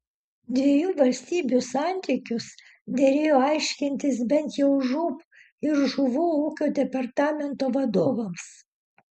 dviejų valstybių santykius derėjo aiškintis bent jau žūb ir žuvų ūkio departamento vadovams